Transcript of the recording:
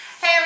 hey